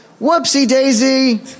Whoopsie-daisy